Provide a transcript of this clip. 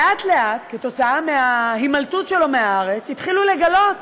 לאט-לאט, עקב ההימלטות שלו מהארץ, התחילו לגלות